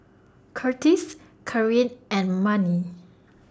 Kurtis Kareen and Manie